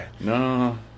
no